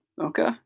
Okay